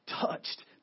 touched